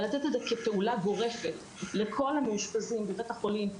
אבל לתת את זה כפעולה גורפת לכל המאושפזים בבית החולים,